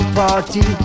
party